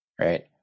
Right